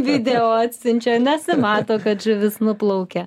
video atsiunčia nesimato kad žuvis nuplaukė